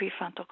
prefrontal